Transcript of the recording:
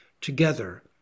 together